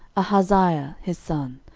ahaziah his son,